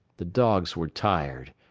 the dogs were tired,